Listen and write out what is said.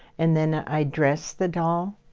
and then i dressed the doll,